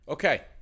okay